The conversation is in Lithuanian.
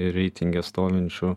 reitinge stovinčių